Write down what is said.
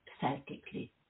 psychically